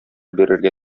бирергә